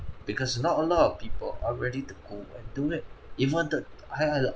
because not a lot of people are ready to go and do it even the I under